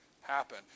happen